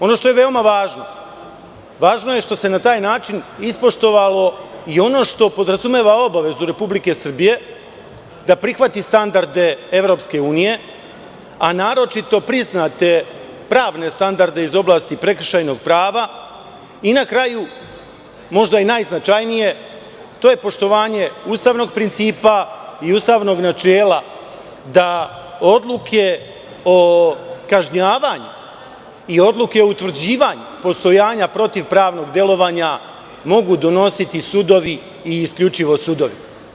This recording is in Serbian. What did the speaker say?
Ono što je veoma važno, važno je što se na taj način ispoštovalo i ono što podrazumeva obavezu Republike Srbije da prihvati standarde EU, a naročito priznate pravne standarde iz oblasti prekršajnog prava i na kraju, možda i najznačajnije, to je poštovanje ustavnog principa i ustavnog načela da odluke o kažnjavanju i odluke o utvrđivanju postojanja protiv-pravnog delovanja mogu donositi sudovi i isključivo sudovi.